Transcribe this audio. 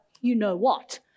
you-know-what